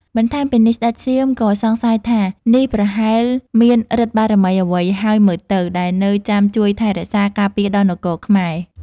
បន្ថែមពីនេះស្ដេចសៀមក៏សង្ស័យថា នេះប្រហែលមានឬទ្ធិបារមីអ្វីហើយមើលទៅ ដែលនៅចាំជួយថែរក្សា ការពារដល់នគរខ្មែរ។